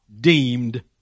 deemed